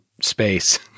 space